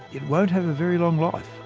it won't have a very long life.